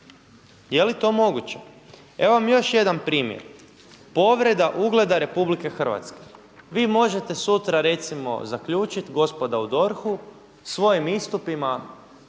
Je li to moguće? Evo vam još jedan primjer, povreda ugleda RH, vi možete sutra recimo zaključiti gospoda u DORH-u svojim istupima